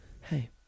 hey